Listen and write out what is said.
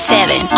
Seven